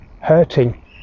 hurting